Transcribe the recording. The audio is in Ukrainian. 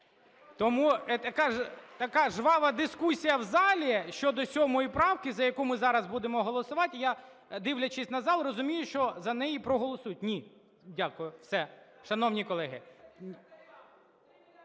Тому… Така жвава дискусія в залі щодо 7 правки, за яку ми зараз будемо голосувати, і я, дивлячись на зал, розумію, що за неї проголосують. Ні. Дякую, все. Шановні колеги!